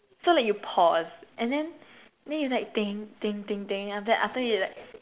so then you pause and then then you like think think think think then after that after that you like